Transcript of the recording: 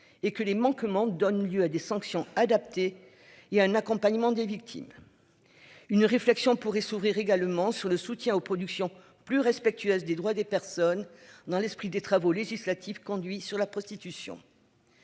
et que les manquements donne lieu à des sanctions adaptées. Il y a un accompagnement des victimes. Une réflexion pourrait sourire également sur le soutien aux productions plus respectueuse des droits des personnes dans l'esprit des travaux législatifs conduit sur la prostitution.